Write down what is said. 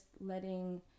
letting